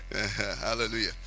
hallelujah